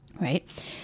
right